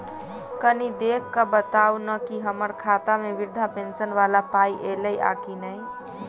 कनि देख कऽ बताऊ न की हम्मर खाता मे वृद्धा पेंशन वला पाई ऐलई आ की नहि?